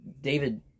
David